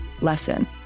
lesson